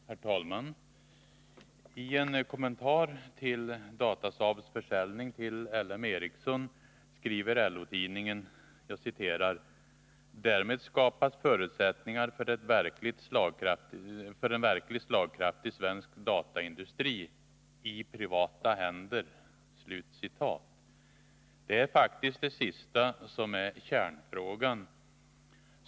Herr talman! I en kommentar till Datasaabs försäljning till LM Ericsson skriver LO-tidningen: ”Därmed skapas förutsättningar för en verkligt slagkraftig svensk dataindustri. I privata händer.” Det är faktiskt det sista som är kärnfrågan.